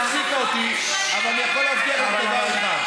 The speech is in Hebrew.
היא הפסיקה אותי, אבל אני יכול להבטיח דבר אחד.